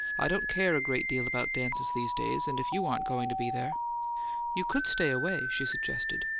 i don't care a great deal about dances these days and if you aren't going to be there you could stay away, she suggested.